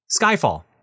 Skyfall